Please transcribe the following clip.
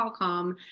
Qualcomm